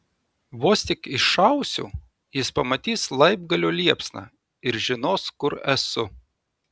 vos tik iššausiu jis pamatys laibgalio liepsną ir žinos kur esu